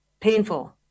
painful